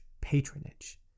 patronage